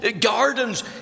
gardens